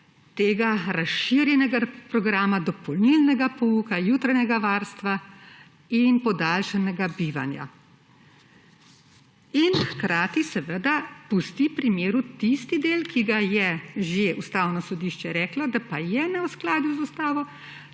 tega razširjenega programa, dopolnilnega pouka, jutranjega varstva in podaljšanega bivanja. In hkrati, seveda, pusti pri miru tisti del, za katerega je Ustavno sodišče že reklo, da pa je v neskladju z ustavo,